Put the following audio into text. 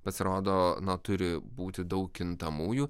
pasirodo na turi būti daug kintamųjų